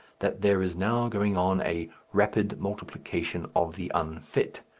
that there is now going on a rapid multiplication of the unfit.